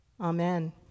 Amen